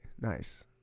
Nice